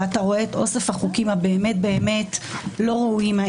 ואתה רואה את אוסף החוקים שהם באמת באמת לא ראויים.